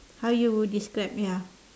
how you would describe ya